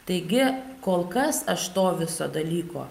taigi kol kas aš to viso dalyko